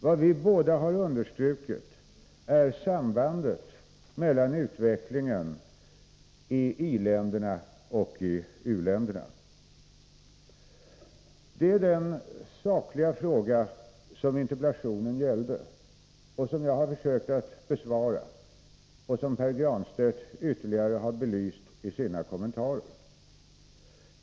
Vad vi båda har understrukit är sambandet mellan utvecklingen i i-länderna och u-länderna. Det är den sakliga fråga som interpellationen gällde, som jag har försökt att besvara och som Pär Granstedt ytterligare har belyst i sina kommentarer.